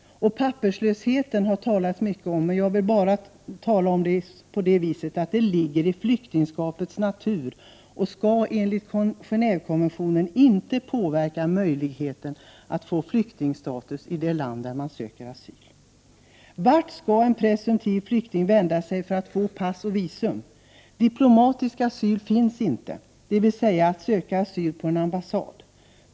Papperslösheten, som det har talats mycket om, ligger i flyktingskapets natur, och skall enligt Gen&vekonventionen inte påverka flyktingens möjlighet att få flyktingstatus i det land han eller hon söker asyl. Vart skall en presumtiv flykting vända sig för att få pass och visum? Diplomatisk asyl, dvs. ansökan om asyl på en ambassad, finns inte.